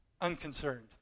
unconcerned